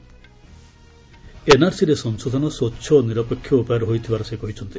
ଏନ୍ଆର୍ସିରେ ସଂଶୋଧନ ସ୍ୱଚ୍ଛ ଓ ନିରପେକ୍ଷ ଉପାୟରେ ହୋଇଥିବାର ସେ କହିଛନ୍ତି